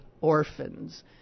orphans